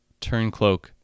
Turncloak